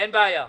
אני סומך עליה.